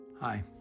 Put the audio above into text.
Hi